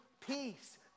peace